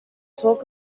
talk